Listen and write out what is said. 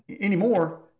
Anymore